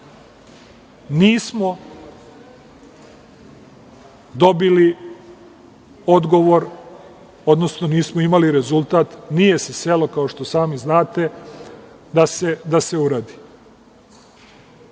nismo dobili odgovor, odnosno nismo imali rezultat. Nije se selo, kao što sami znate, da se uradi.